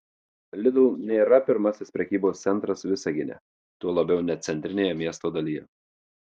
lidl nėra pirmasis prekybos centras visagine tuo labiau ne centrinėje miesto dalyje